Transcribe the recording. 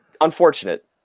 Unfortunate